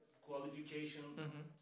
qualification